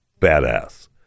badass